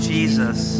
Jesus